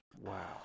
wow